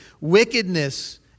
wickedness